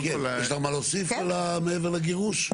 יש לך מה להוסיף מעבר לגירוש?